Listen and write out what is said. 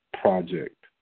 project